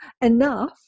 enough